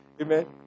Amen